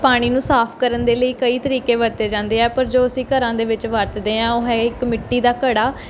ਪਾਣੀ ਨੂੰ ਸਾਫ ਕਰਨ ਦੇ ਲਈ ਕਈ ਤਰੀਕੇ ਵਰਤੇ ਜਾਂਦੇ ਆ ਪਰ ਜੋ ਅਸੀਂ ਘਰਾਂ ਦੇ ਵਿੱਚ ਵਰਤਦੇ ਹਾਂ ਉਹ ਹੈ ਇੱਕ ਮਿੱਟੀ ਦਾ ਘੜਾ